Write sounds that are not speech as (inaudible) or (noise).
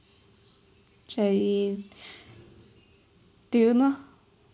actually (breath) do you know